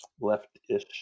left-ish